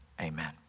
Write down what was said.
Amen